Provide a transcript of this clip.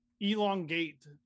elongate